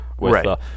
Right